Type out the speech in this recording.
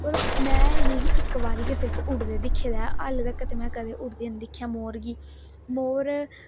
और में इनेंगी इक बारी गै सिर्फ उडदे दिक्खे दे हे हल्ली तकर ते में कदें उडदे हे नी दिक्खेआ मोर गी मोर